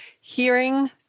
hearing